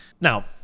Now